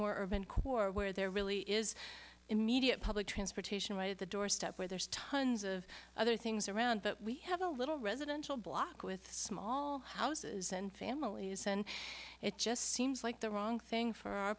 core where there really is immediate public transportation right at the doorstep where there's tons of other things around but we have a little residential block with small houses and family isn't it just seems like the wrong thing for our